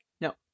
No